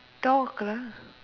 talk lah